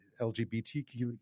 LGBTQ